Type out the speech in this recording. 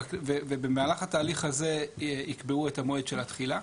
ובמהלך התהליך הזה יקבעו את המועד של התחילה.